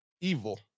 evil